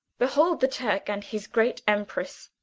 behold the turk and his great emperess! ah,